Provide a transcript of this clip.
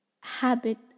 habit